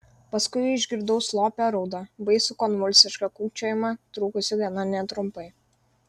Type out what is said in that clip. paskui išgirdau slopią raudą baisų konvulsišką kūkčiojimą trukusį gana netrumpai